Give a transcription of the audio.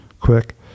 Quick